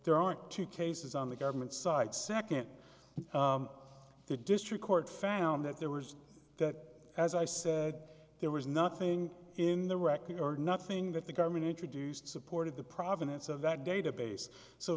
there are two cases on the government's side second the district court found that there was that as i said there was nothing in the record or nothing that the government introduced supported the provenance of that database so